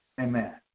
Amen